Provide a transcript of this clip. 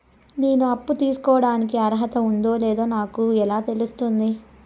నేను అప్పు తీసుకోడానికి అర్హత ఉందో లేదో నాకు ఎలా తెలుస్తుంది?